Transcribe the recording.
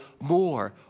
more